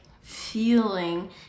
feeling